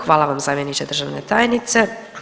Hvala vam zamjeniče državne tajnice.